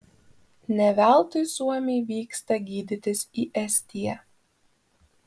ne veltui suomiai vyksta gydytis į estiją